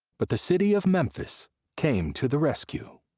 but the city of memphis came to the rescue.